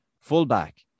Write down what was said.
Fullback